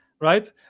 right